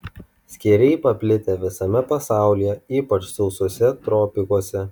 skėriai paplitę visame pasaulyje ypač sausuose tropikuose